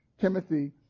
Timothy